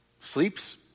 Sleeps